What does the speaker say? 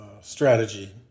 strategy